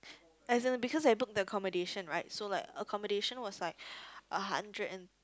as in because I booked the accommodation right so like accommodation was like a hundred and